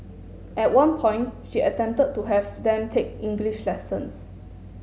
at one point she attempted to have them take English lessons